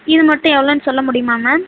இது மட்டும் எவ்வளோன்னு சொல்ல முடியுமா மேம்